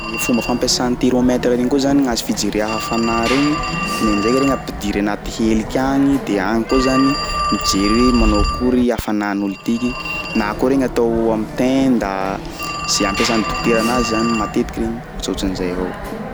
Ny fomba fampiasa ny theromètre regny koa zany gnazy fijerea hafana regny, kindraindray regny ampidiry agnaty heliky agny de agny koa zany mijery hoe manao akory hafanàn'olo tiky na koa regny atao am'tenda, zay ampiasan'ny dokotera anazy zany matetiky regny ohatrohatran'zay avao.